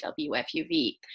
WFUV